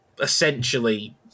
essentially